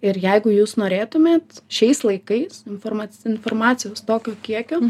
ir jeigu jūs norėtumėt šiais laikais informacinė informacijos tokio kiekio